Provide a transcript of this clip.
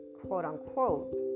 quote-unquote